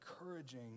encouraging